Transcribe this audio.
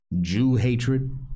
Jew-hatred